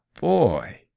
boy